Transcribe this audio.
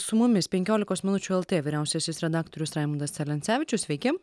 su mumis penkiolikos minučių lt vyriausiasis redaktorius raimundas celencevičius sveiki